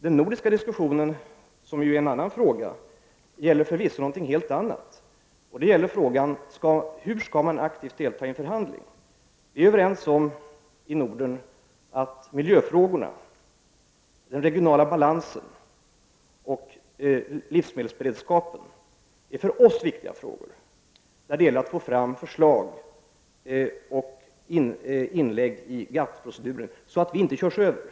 Den nordiska diskussionen är en annan fråga, och den gäller förvisso något helt annat. Denna avser frågan hur man aktivt skall delta i en förhandling. Vi är i Norden överens om att miljöfrågorna, den regionala balansen och livsmedelsberedskapen är för oss viktiga frågor. Det gäller i dessa frågor att få fram förslag och inlägg i GATT-förhandlingarna så att vi inte körs över.